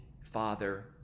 father